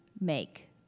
make